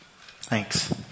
Thanks